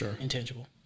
intangible